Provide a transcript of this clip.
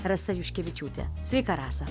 rasa juškevičiūtė sveika rasa